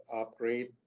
upgrade